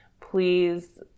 please